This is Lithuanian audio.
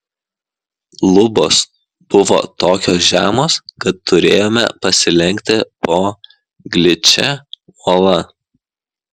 lubos buvo tokios žemos kad turėjome pasilenkti po gličia uola